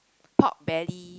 pork belly